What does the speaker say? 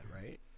right